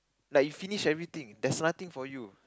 like you finish everything there's nothing for you